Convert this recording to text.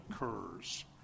occurs